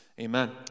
Amen